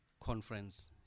conference